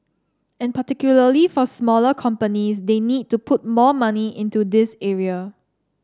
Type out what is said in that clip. and particularly for smaller companies they need to put more money into this area